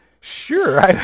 sure